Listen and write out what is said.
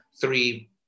three